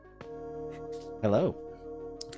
hello